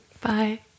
bye